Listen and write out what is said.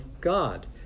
God